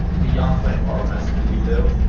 beyond twenty four hour messaging window